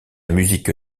musique